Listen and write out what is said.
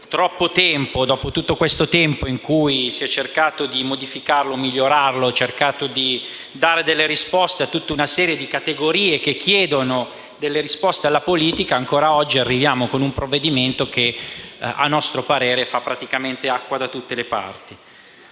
Dopo tutto il tempo in cui si è cercato di modificarlo e migliorarlo per dare risposte a una serie di categorie che chiedono risposte alla politica, oggi esaminiamo un provvedimento che - a nostro parere - fa praticamente acqua da tutte le parti.